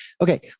Okay